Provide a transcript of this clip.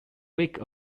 week